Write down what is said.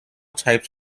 types